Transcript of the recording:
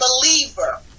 believer